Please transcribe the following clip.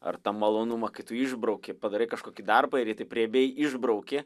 ar tą malonumą kai tu išbrauki padarai kažkokį darbą ir jį taip riebiai išbrauki